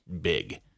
big